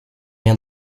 rien